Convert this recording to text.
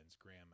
Graham